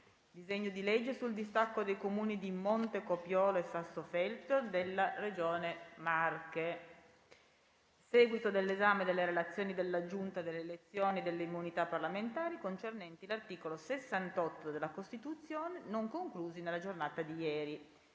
disegno di legge sul distacco dei Comuni di Montecopiolo e Sassofeltrio dalla Regione Marche; seguito dell'esame delle relazioni della Giunta delle elezioni e delle immunità parlamentari concernenti l'articolo 68 della Costituzione, non concluse nella giornata di ieri;